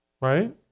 Right